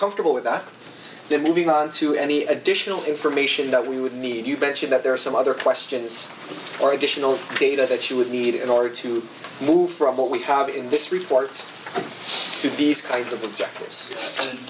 comfortable with that then moving onto any additional information that we would need you bet you that there are some other questions or additional data that you would need in order to move from what we have in this report to these kinds of objectives and